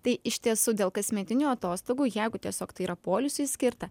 tai iš tiesų dėl kasmetinių atostogų jeigu tiesiog tai yra poilsiui skirta